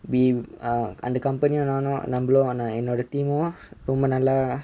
we err அந்த:antha company யும் நானும் நம்மளும் என்னோட:yum naanum nambalum ennoda team உம் ரொம்ப நல்லா:um romba nalla